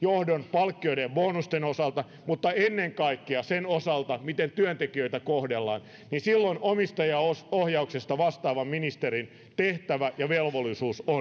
palkkioiden ja bonusten osalta eikä ennen kaikkea sen osalta miten työntekijöitä kohdellaan niin silloin omistajaohjauksesta vastaavan ministerin tehtävä ja velvollisuus on